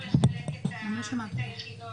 יש בעיה גורפת שבימים שאחרי שהם הולכים לחדש את הוויזה,